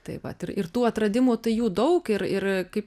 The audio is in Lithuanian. taip vat ir ir tų atradimų tai jų daug ir ir kaip